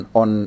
on